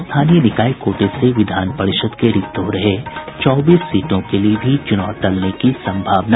स्थानीय निकाय कोटे से विधान परिषद के रिक्त हो रहे चौबीस सीटों के लिए भी चुनाव टलने की संभावना